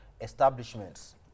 establishments